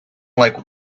like